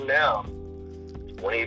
now